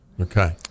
Okay